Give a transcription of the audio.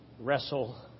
wrestle